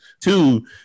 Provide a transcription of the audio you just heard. Two